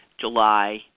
July